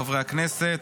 חברי הכנסת,